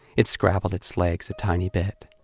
it scrabbled its legs a tiny bit,